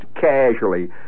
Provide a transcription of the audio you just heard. casually